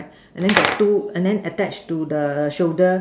and then got two and then attached to the shoulder